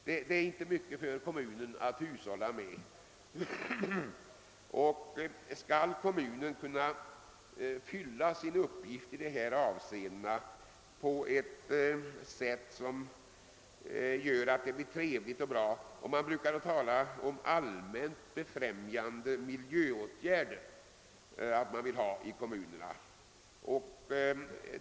Detta är inte mycket för kommunen att hushålla med om den skall kunna fylla sin uppgift på ett sätt som skapar trevnad när det gäller allmänt befrämjande miljöåtgärder.